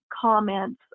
comments